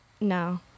No